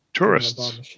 Tourists